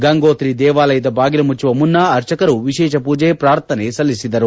ಗಂಗೋತ್ರಿ ದೇವಾಲಯದ ಬಾಗಿಲು ಮುಚ್ಲುವ ಮುನ್ನ ಅರ್ಚಕರು ವಿಶೇಷ ಪೂಜೆ ಪಾರ್ಥನೆ ಸಲ್ಲಿಸಿದರು